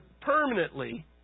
permanently